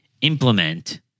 implement